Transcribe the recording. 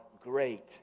great